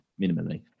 minimally